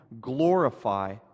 glorify